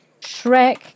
Shrek